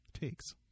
takes